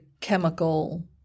chemical –